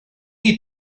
need